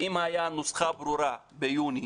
אם הייתה נוסחה ברורה ביוני